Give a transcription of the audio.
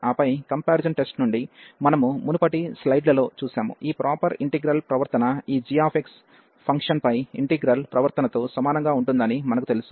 ఆపై comparison test నుండి మనము మునుపటి స్లైడ్లలో చూసాము ఈ ప్రాపర్ ఇంటిగ్రల్ ప్రవర్తన ఈ g ఫంక్షన్పై ఇంటిగ్రల్ ప్రవర్తనతో సమానంగా ఉంటుందని మనకు తెలుసు